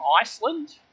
Iceland